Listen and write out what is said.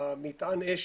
מטען האש